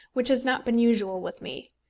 which has not been usual with me.